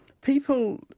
people